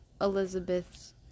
Elizabeth's